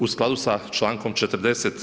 U skladu sa člankom 40.